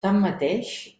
tanmateix